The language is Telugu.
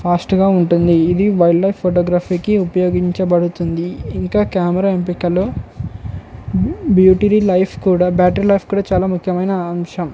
ఫాస్ట్గా ఉంటుంది ఇది వైల్డ్లైఫ్ ఫోటోగ్రఫీకి ఉపయోగించబడుతుంది ఇంకా కెమెరా ఎంపికలో బ్యూటీది లైఫ్ కూడా బ్యాటరీ లైఫ్ కూడా చాలా ముఖ్యమైన అంశం